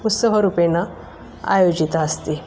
उत्सवरूपेण आयोजिता अस्ति